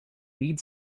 lead